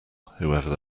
whoever